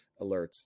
alerts